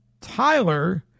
Tyler